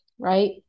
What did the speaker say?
right